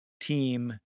team